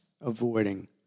avoiding